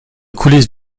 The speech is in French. coulisses